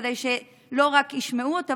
כדי שלא רק ישמעו אותה,